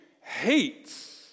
hates